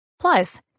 Plus